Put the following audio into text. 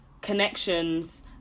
connections